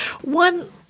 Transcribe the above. One